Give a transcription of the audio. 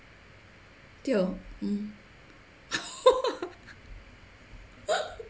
tio mm !wah!